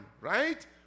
right